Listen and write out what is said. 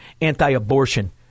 anti-abortion